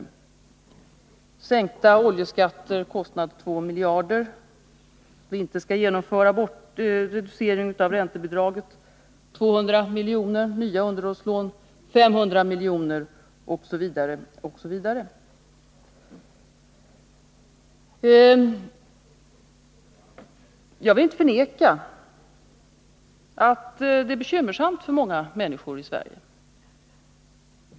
Det gäller krav på sänkta oljeskatter, dvs. en kostnad på 2 miljarder. Vidare gäller det kravet att vi inte skall genomföra någon reducering av räntebidraget, vilket innebär en kostnad på 200 miljoner, kravet på nya underhållslån, dvs. en kostnad på 500 miljoner, osv. Jag vill inte förneka att det är bekymmersamt för många människor i Sverige.